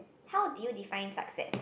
how did you define success